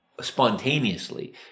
spontaneously